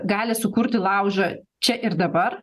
gali sukurti laužą čia ir dabar